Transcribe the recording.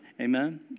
Amen